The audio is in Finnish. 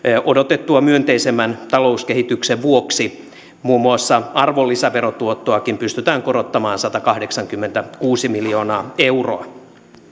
odotettua myönteisemmän talouskehityksen vuoksi muun muassa arvonlisäverotuottoakin pystytään korottamaan satakahdeksankymmentäkuusi miljoonaa euroa